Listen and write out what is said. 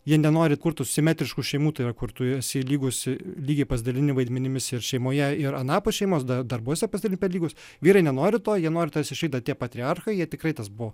jie nenori kurt tų simetriškų šeimų tai kur tu esi lygus lygiai pasidalini vaidmenimis ir šeimoje ir anapus šeimos da darbuose pasidarai per lygus vyrai nenori to jie nori išlikt tie patriarchai jie tikrai tas buvo